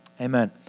Amen